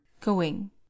Going